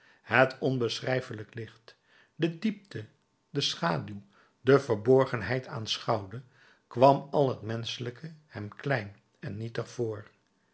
het onbeschrijfelijk licht de diepte de schaduw de verborgenheid aanschouwde kwam al het menschelijke hem klein en nietig voor